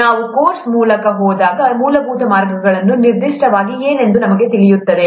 ನಾವು ಕೋರ್ಸ್ ಮೂಲಕ ಹೋದಾಗ ಆ ಮೂಲಭೂತ ಮಾರ್ಗಗಳು ನಿರ್ದಿಷ್ಟವಾಗಿ ಏನೆಂದು ನಮಗೆ ತಿಳಿಯುತ್ತದೆ